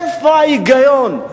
איפה ההיגיון?